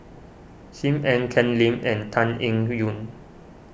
Sim Ann Ken Lim and Tan Eng Yoon